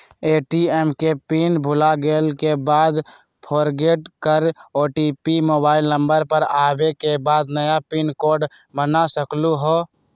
ATM के PIN भुलागेल के बाद फोरगेट कर ओ.टी.पी मोबाइल नंबर पर आवे के बाद नया पिन कोड बना सकलहु ह?